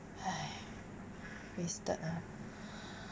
wasted ah